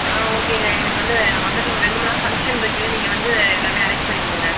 ஆ ஓகேங்க எங்களுக்கு வந்து மண்டபத்தில் ஒரு ரெண்டு மூணு நாள் ஃபங்க்ஷன் இருக்கு நீங்கள் வந்து எல்லாமே அரேஞ்ச் பண்ணி கொடுங்க